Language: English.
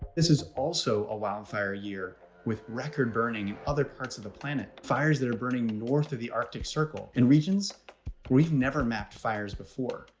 this is also a wildfire year with record burning in other parts of the planet. fires that are burning north of the arctic circle in regions we've never mapped fires before.